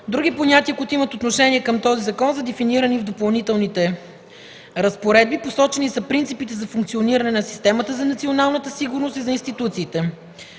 Други понятия, които имат отношение към този закон са дефинирани в Допълнителните разпоредби. Посочени са принципите за функциониране на системата за Националната сигурност и за институциите.